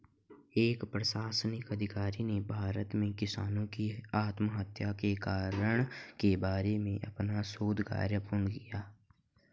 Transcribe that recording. एक प्रशासनिक अधिकारी ने भारत में किसानों की आत्महत्या के कारण के बारे में अपना शोध कार्य पूर्ण किया